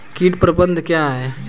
कीट प्रबंधन क्या है?